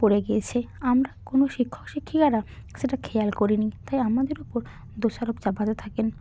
পড়ে গিয়েছে আমরা কোনো শিক্ষক শিক্ষিকারা সেটা খেয়াল করিনি তাই আমাদের ওপর দোষারোপ চাপাতে থাকেন